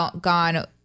gone